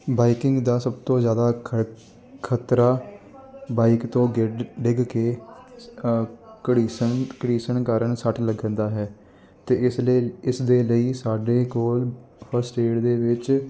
biking ਦਾ ਸਭ ਤੋਂ ਜ਼ਿਆਦਾ ਖ ਖਤਰਾ ਬਾਈਕ ਤੋਂ ਗਿਰ ਡਿੱਗ ਕੇ ਘੜੀਸਣ ਘੜੀਸਣ ਕਾਰਨ ਸੱਟ ਲੱਗਣ ਦਾ ਹੈ ਅਤੇ ਇਸ ਲਈ ਇਸ ਦੇ ਲਈ ਸਾਡੇ ਕੋਲ ਫਸਟ ਏਡ ਦੇ ਵਿੱਚ